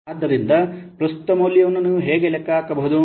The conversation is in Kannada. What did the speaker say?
ಆದ್ದರಿಂದ ಪ್ರಸ್ತುತ ಮೌಲ್ಯವನ್ನು ನೀವು ಹೇಗೆ ಲೆಕ್ಕ ಹಾಕಬಹುದು